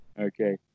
okay